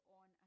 on